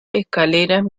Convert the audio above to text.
escaleras